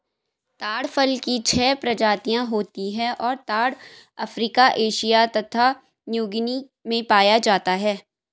ताड़ फल की छह प्रजातियाँ होती हैं और ताड़ अफ्रीका एशिया तथा न्यूगीनी में पाया जाता है